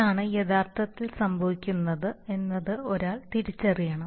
ഇതാണ് യഥാർത്ഥത്തിൽ സംഭവിക്കുന്നത് എന്നത് ഒരാൾ തിരിച്ചറിയണം